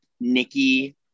Nikki